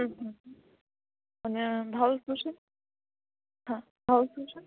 હમ હમ અને ભાવ શું છે હા ભાવ શું છે